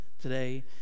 today